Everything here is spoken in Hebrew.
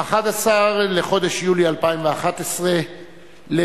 11 בחודש יולי 2011 למניינם.